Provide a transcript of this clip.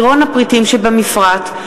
7) (מחירון הפריטים שבמפרט),